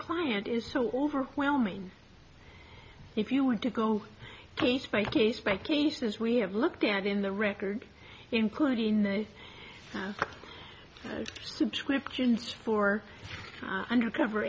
client is so overwhelming if you would to go case by case by cases we have looked at in the records including the subscriptions for undercover